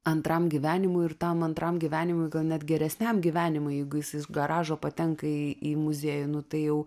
antram gyvenimui ir tam antram gyvenimui gal net geresniam gyvenimui jeigu jis garažo patenka į muziejų nu tai jau